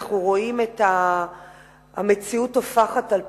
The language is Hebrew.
אנחנו רואים את המציאות טופחת על פנינו,